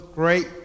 great